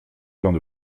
pleins